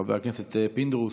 חבר הכנסת פינדרוס.